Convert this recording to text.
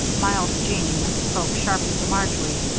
mild jean spoke sharply to marjory,